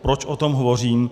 Proč o tom hovořím?